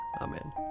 Amen